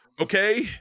Okay